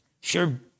Sure